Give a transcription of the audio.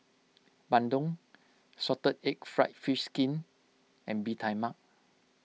Bandung Salted Egg Fried Fish Skin and Bee Tai Mak